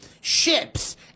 Ships